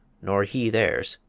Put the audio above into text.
nor he theirs,